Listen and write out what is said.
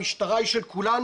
המשטרה היא של כולנו,